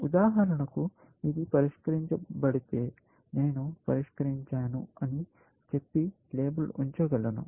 ఉదాహరణకు ఇది పరిష్కరించబడితే నేను పరిష్కరించాను అని చెప్పి లేబుల్ ఉంచగలను